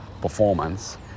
performance